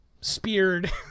speared